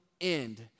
end